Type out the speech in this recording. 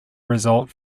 result